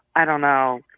i don't know.